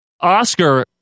Oscar